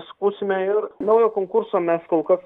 skųsime ir naujo konkurso mes kol kas